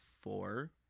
four